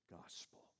gospel